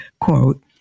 quote